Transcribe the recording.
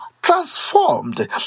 transformed